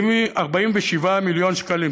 47 מיליון שקלים.